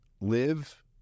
live